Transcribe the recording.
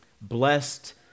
Blessed